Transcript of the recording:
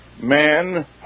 Man